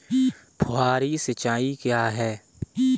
फुहारी सिंचाई क्या है?